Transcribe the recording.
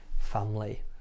family